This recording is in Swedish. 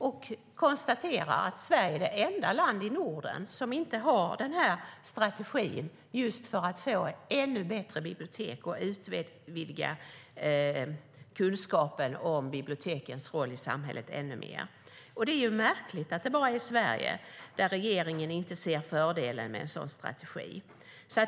Unesco konstaterar att Sverige är det enda land i Norden som inte har en strategi för att få ännu bättre bibliotek och utvidga kunskapen om bibliotekens roll i samhället ännu mer. Det är ju märkligt att det bara är i Sverige regeringen inte ser fördelen med en sådan strategi.